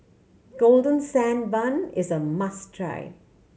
Golden Sand Bun is a must try